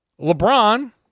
LeBron